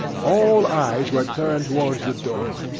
all eyes were turned towards the door,